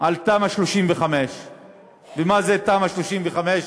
על תמ"א 35. ומה זה תמ"א 35,